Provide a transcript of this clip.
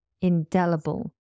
Indelible